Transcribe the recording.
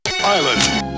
island